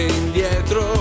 indietro